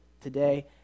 today